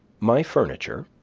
my furniture,